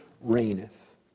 reigneth